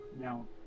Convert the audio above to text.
now